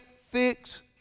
fix